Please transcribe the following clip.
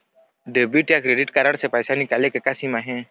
Debit या credit card से पैसा निकाले के का सीमा हे?